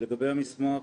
לגבי המסמך,